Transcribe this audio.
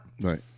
Right